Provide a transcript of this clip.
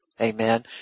Amen